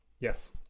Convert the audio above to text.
Yes